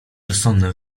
rozsądny